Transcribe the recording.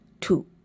two